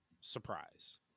surprise